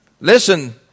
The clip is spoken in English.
Listen